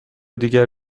دیگر